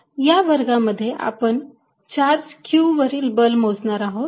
या वर्गामध्ये आपण चार्ज q वरील बल मोजणार आहोत